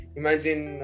imagine